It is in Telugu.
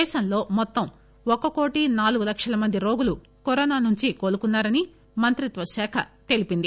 దేశంలో మొత్తం ఒక కోటి నాలుగు లక్షల మంది రోగులు కరోనా నుంచి కోలుకున్నాని మంత్రిత్వశాఖ తెలిపింది